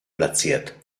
platziert